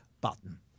button